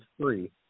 free